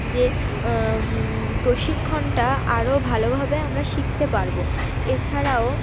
যে প্রশিক্ষণটা আরও ভালোভাবে আমরা শিখতে পারবো এছাড়াও